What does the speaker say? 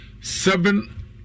seven